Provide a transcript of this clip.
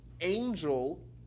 angel